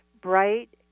bright